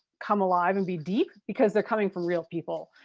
come alive and be deep because they're coming from real people.